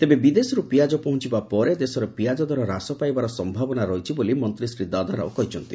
ତେବେ ବିଦେଶରୁ ପିଆଜ ପହଞ୍ଚିବା ପରେ ଦେଶରେ ପିଆଜ ଦର ହ୍ରାସ ପାଇବାର ସମ୍ଭାବନା ରହିଛି ବୋଲି ମନ୍ତୀ ଶ୍ରୀ ଦାଦାରାଓ କହିଛନ୍ତି